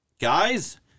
Guys